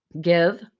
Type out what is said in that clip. give